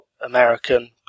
American